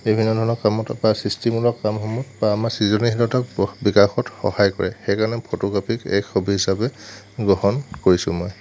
বিভিন্ন ধৰণৰ কামত বা সৃষ্টিমূলক কামসমূহ বা আমাৰ সৃজনীশীলতাক বিকাশত সহায় কৰে সেইকাৰণে ফটোগ্ৰাফীক এক হবি হিচাপে গ্ৰহণ কৰিছোঁ মই